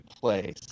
place